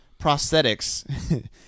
prosthetics